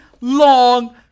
long